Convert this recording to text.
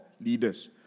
leaders